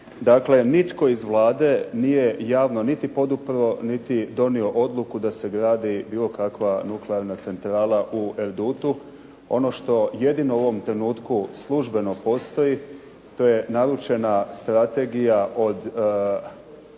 Dakle nitko iz Vlade nije javno niti podupro niti donio odluku da se gradi bilo kakva nuklearna centrala u Erdutu. Ono što jedino u ovom trenutku službeno postoji, to je naručena strategija od